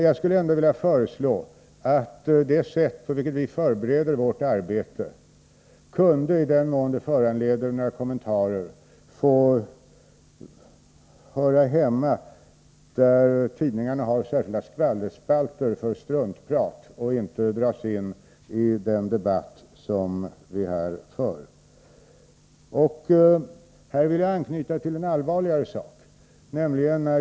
Jag vill ändå föreslå att eventuella kommentarer om det sätt på vilket vi förbereder vårt arbete kunde få höra hemma i tidningarnas särskilda skvallerspalter för struntprat och inte dras in i den debatt vi för här. I det sammanhanget vill jag anknyta till en något allvarligare sak.